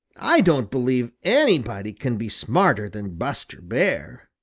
i don't believe anybody can be smarter than buster bear.